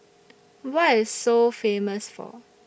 What IS Seoul Famous For